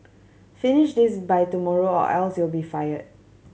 finish this by tomorrow or else you'll be fired